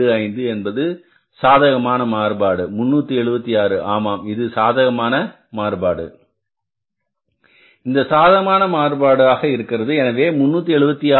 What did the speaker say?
25 என்பது சாதகமான மாறுபாடு 376 ஆமாம் இது சாதகமான மாறுபாடு இது சாதகமான மாறுபாடாக இருக்கிறது எனவே 376